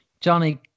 Johnny